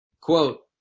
Quote